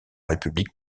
république